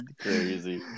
crazy